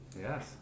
yes